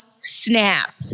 snap